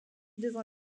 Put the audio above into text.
devant